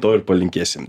to ir palinkėsim